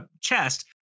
chest